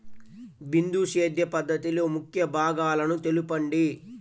బిందు సేద్య పద్ధతిలో ముఖ్య భాగాలను తెలుపండి?